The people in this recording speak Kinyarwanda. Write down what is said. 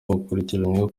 bakurikiranyweho